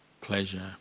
pleasure